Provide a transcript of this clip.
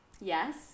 yes